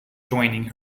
joining